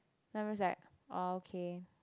then I'm just like oh okay